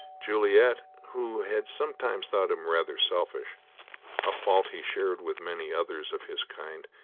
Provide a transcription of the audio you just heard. juliet, who had sometimes thought him rather selfish a fault he shared with many others of his kind,